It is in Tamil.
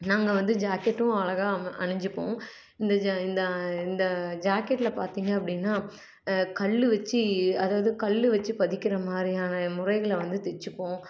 நாங்கள் வந்து ஜாக்கெட்டும் அழகாக அம அணிஞ்சிப்போம் இந்த ஜ இந்த இந்த ஜாக்கெட்டில் பார்த்தீங்க அப்படினா கல் வச்சி அதாவது கல் வச்சி பதிக்கிற மாதிரியான முறைகளில் வந்து தச்சுப்போம்